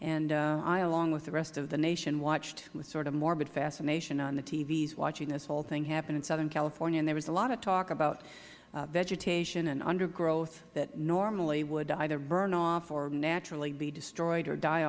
and i along with the rest of the nation watched with sort of morbid fascination on the tvs watching this whole thing happen in southern california and there was a lot of talk about vegetation and undergrowth that normally would either burn off or naturally be destroyed or die